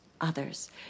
others